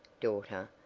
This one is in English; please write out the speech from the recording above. daughter,